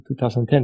2010